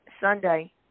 Sunday